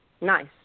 Nice